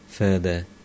Further